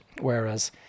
whereas